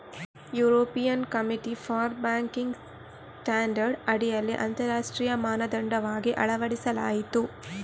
European committee for banking standard ಅಡಿಯಲ್ಲಿ ಅಂತರರಾಷ್ಟ್ರೀಯ ಮಾನದಂಡವಾಗಿ ಅಳವಡಿಸಲಾಯಿತು